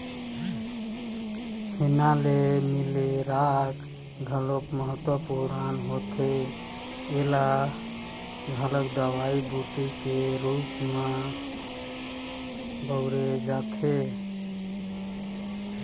छेना ले मिले राख घलोक महत्वपूर्न होथे ऐला घलोक दवई बूटी के रुप म बउरे जाथे